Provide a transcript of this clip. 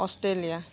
Australia